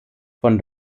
von